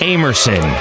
Amerson